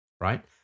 right